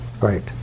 Right